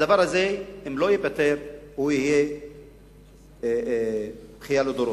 הדבר הזה, אם לא ייפתר, הוא יהיה בכייה לדורות.